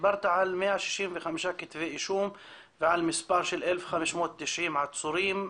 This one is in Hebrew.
דיברת על 165 כתבי אישום ועל 1,590 עצורים,